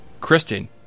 Kristen